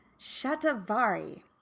shatavari